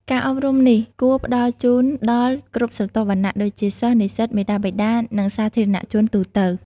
ការអប់រំនេះគួរផ្តល់ជូនដល់គ្រប់ស្រទាប់វណ្ណៈដូចជា សិស្ស និស្សិត មាតាបិតា និងសាធារណជនទូទៅ។